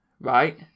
right